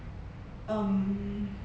um